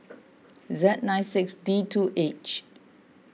Z nine six D two H